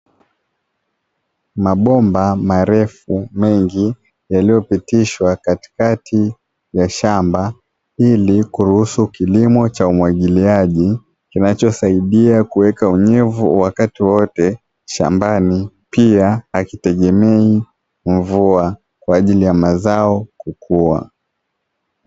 Mabomba marefu mengi yaliyopitishwa katikati ya shamba ili kuruhusu kilimo cha umwagiliaji kinachosaidia kuweka unyevu wakati wote shambani, pia hakitegemei mvua kwa ajili ya mazao kukua.